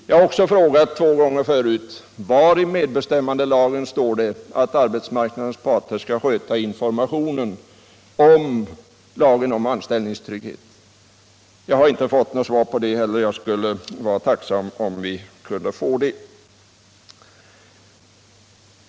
Jag har också frågat två gånger förut: Var i medbestämmandelagen står det att arbetsmarknadens parter skall sköta informationen om lagen om anställningstrygghet? Jag har inte fått något 177 svar på det heller, och jag skulle vara tacksam om jag kunde få det.